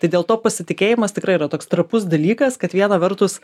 tai dėl to pasitikėjimas tikrai yra toks trapus dalykas kad viena vertus